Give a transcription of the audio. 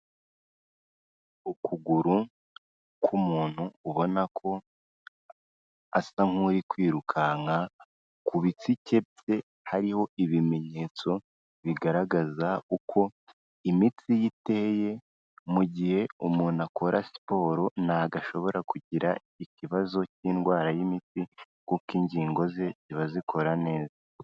Ukuguru k'umuntu ubona ko asa nk'uri kwirukanka, ku bitsike bye hariho ibimenyetso bigaragaza uko imitsi ye iteye, mu gihe umuntu akora siporo ntabwo ashobora kugira ikibazo k'indwara y'imitsi kuko ingingo ze ziba zikora neza.